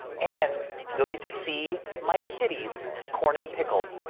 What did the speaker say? and you'll get to see my kitties, corn and pickle.